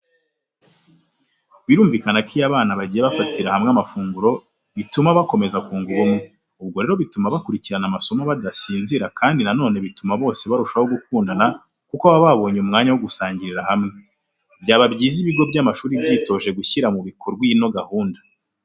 Birumvikana ko iyo abana bagiye bafatira hamwe amafunguro, bituma bakomeza kunga ubumwe. Ubwo rero bituma bakurikira amasomo badasinzira kandi nanone bituma bose barushaho gukundana kuko baba babonye umwanya wo gusangirira hamwe. Byaba byiza ibigo by'amashuri byitoje gushyira mu ibikorwa ino gahunda.